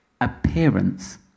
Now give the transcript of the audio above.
appearance